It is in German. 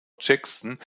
jackson